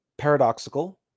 paradoxical